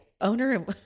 owner